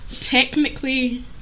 technically